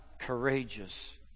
courageous